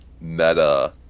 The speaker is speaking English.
meta